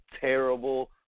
terrible –